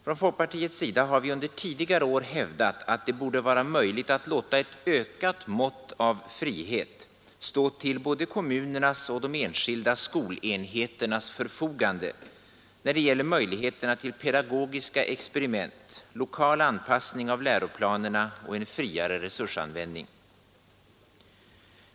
Från folkpartiets sida har vi under tidigare år hävdat att det borde vara möjligt att låta ett ökat mått av frihet stå till både kommunernas och de enskilda skolenheternas förfogande när det gäller möjligheterna till pedagogiska experiment, lokal anpassning av läroplanerna och en friare resursanvändning.